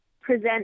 present